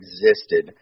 existed